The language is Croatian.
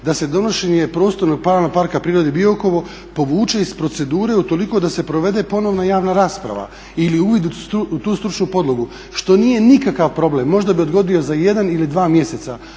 da se donošenje prostornog plana Parka prirode Biokovo povuće iz procedure u toliko da se provede ponovno javna rasprava ili uvid u tu stručnu podlogu što nije nikakav problem. Možda bi odgodio za jedna ili dva mjeseca